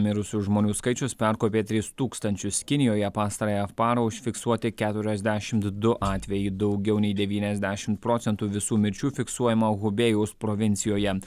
mirusių žmonių skaičius perkopė tris tūkstančius kinijoje pastarąją parą užfiksuoti keturiasdešimt du atvejai daugiau nei devyniasdešim procentų visų mirčių fiksuojama hubėjaus provincijoje